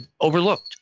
overlooked